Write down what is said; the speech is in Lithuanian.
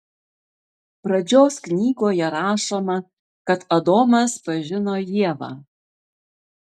pradžios knygoje rašoma kad adomas pažino ievą